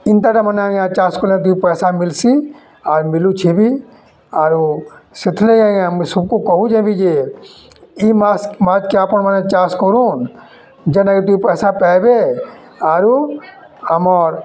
ଇନ୍ତାଟା ମାନେ ଆଜ୍ଞା ଚାଷ୍ କଲେ ଦୁଇ ପଇସା ମିଲ୍ସି ଆର୍ ମିଲୁଛେ ବି ଆରୁ ସେଥିର୍ଲାଗି ଆଜ୍ଞା ସବ୍କୁ କହୁଛେ ବି ଯେ ଇ ମାଛ୍ ମାଛ୍କେ ଆପଣ ମାନେ ଚାଷ୍ କରୁନ୍ ଯେନ୍ଥି ଦୁଇ ପଇସା ପାଇବେ ଆରୁ ଆମର୍